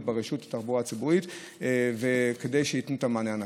ברשות לתחבורה הציבורית כדי שייתנו את המענה הנכון.